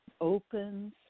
opens